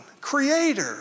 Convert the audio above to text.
Creator